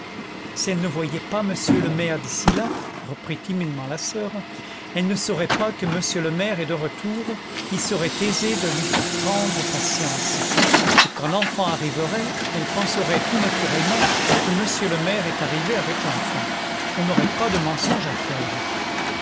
si elle ne voyait pas monsieur le maire d'ici là reprit timidement la soeur elle ne saurait pas que monsieur le maire est de retour il serait aisé de lui faire prendre patience et quand l'enfant arriverait elle penserait tout naturellement que monsieur le maire est arrivé avec l'enfant on n'aurait pas de mensonge à faire